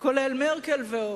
לרבות